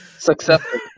successful